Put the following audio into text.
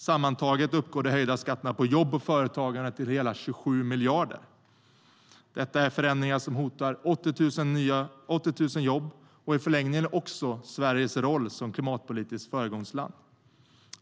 Sammantaget uppgår de höjda skatterna på jobb och företagande till hela 27 miljarder kronor. Detta är förändringar som hotar 80 000 jobb och i förlängningen också Sveriges roll som klimatpolitiskt föregångsland.